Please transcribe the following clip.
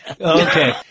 Okay